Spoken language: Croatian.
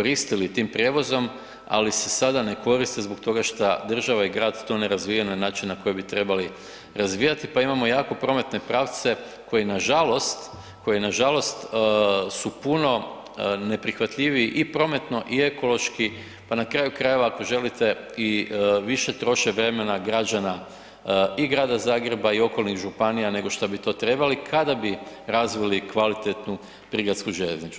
koristili tim prijevozom ali se sada ne koriste zbog toga šta država i grad to razvija na način na koji bi trebali razvijati pa imamo jako prometne pravce koji nažalost su puno neprihvatljiviji i prometno i ekološki pa na kraju krajeva ako želite i više troše vremena građana i grada Zagreba i okolnih županija nego šta bi to trebali kada bi razvili kvalitetnu prigradsku željeznicu.